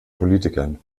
politikern